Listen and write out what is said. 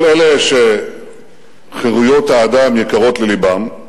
כל אלה שחירויות האדם יקרות ללבם,